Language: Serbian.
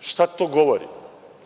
Šta to govori?